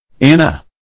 Anna